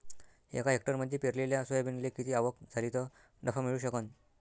एका हेक्टरमंदी पेरलेल्या सोयाबीनले किती आवक झाली तं नफा मिळू शकन?